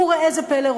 וראה זה פלא,